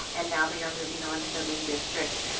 and now they are moving on to the lee district.